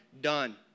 done